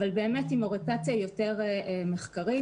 אבל עם אוריינטציה יותר מחקרית,